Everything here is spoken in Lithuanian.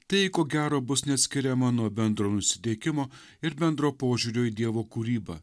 tai ko gero bus neatskiriama nuo bendro nusiteikimo ir bendro požiūrio į dievo kūrybą